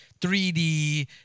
3D